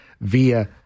via